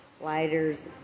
lighters